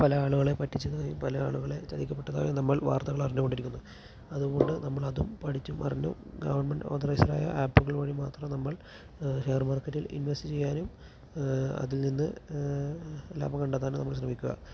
പല ആളുകളേയും പറ്റിച്ചത് പല ആളുകളേയും ചതിക്കപ്പെട്ടതായും നമ്മൾ വാർത്തകളറിഞ്ഞു കൊണ്ടിരിക്കുന്നു അതുകൊണ്ട് നമ്മളതും പഠിച്ചും അറിഞ്ഞും ഗവണ്മെന്റ് ഓതറൈസ്ഡ് ആയ ആപ്പുകൾ വഴി മാത്രം നമ്മൾ ഷെയർ മാർകെറ്റിൽ ഇൻവെസ്റ്റ് ചെയ്യാനും അതിൽ നിന്ന് ലാഭം കണ്ടെത്താനും നമ്മൾ ശ്രമിക്കുക